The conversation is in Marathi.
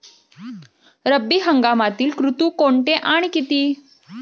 रब्बी हंगामातील ऋतू कोणते आणि किती?